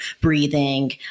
breathing